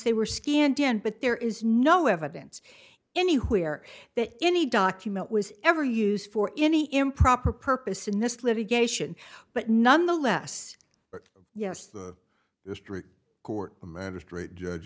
they were scanned in but there is no evidence anywhere that any document was ever used for any improper purpose in this litigation but nonetheless yes the district court